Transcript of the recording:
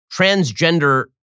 transgender